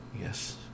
yes